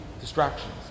distractions